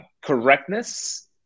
correctness